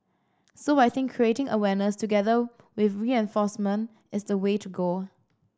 so I think creating awareness together with reenforcement is the way to go